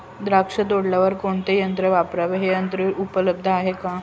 द्राक्ष तोडण्यासाठी कोणते यंत्र वापरावे? हे यंत्र उपलब्ध आहे का?